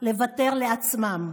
לא לוותר על עצמם.